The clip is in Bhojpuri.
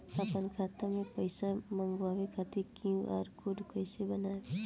आपन खाता मे पईसा मँगवावे खातिर क्यू.आर कोड कईसे बनाएम?